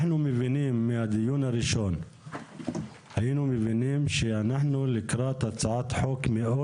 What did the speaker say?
מהדיון הראשון הבנו שאנחנו לקראת הצעת חוק מאוד